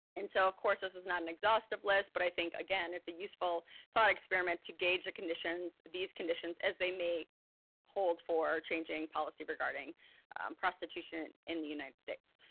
and so, of course, this is not an exhaustive list, but i think, again, it's a useful thought experiment to gauge these conditions as they may hold for changing policy regarding prostitution in the united states.